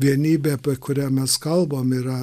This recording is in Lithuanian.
vienybė apie kurią mes kalbam yra